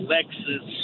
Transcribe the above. Lexus